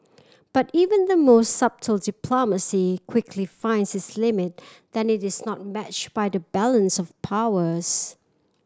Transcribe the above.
but even the most subtle diplomacy quickly finds its limit that it is not matched by the balance of powers